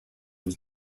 was